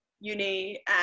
uni